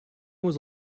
was